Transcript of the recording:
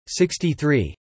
63